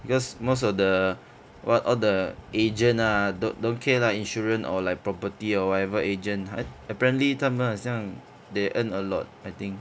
because most of the what all the agent ah don't don't care lah insurance or like property or whatever agent apparently 他们很像 they earn a lot I think